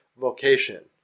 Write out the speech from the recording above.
vocation